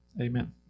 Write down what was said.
Amen